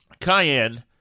cayenne